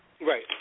Right